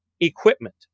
equipment